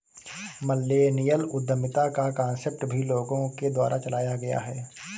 millennial उद्यमिता का concept भी लोगों के द्वारा चलाया गया है